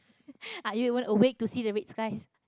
are you even awake to see the red sky